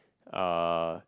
uh